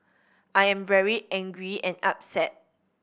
I am very angry and upset